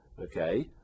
Okay